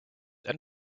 and